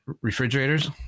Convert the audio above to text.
refrigerators